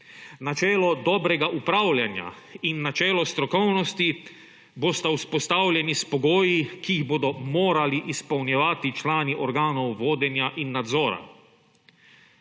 Načelo dobrega upravljanja in načelo strokovnosti bosta vzpostavljeni s pogoji, ki jih bodo morali izpolnjevati člani organov vodenja in nadzora.